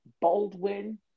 Baldwin